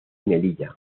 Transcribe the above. melilla